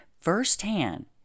firsthand